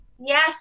Yes